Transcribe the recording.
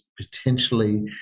potentially